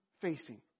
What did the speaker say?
facing